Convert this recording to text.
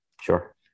Sure